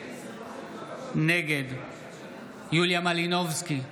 נגד יוליה מלינובסקי,